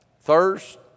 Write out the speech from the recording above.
thirst